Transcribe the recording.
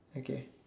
okay